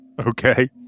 okay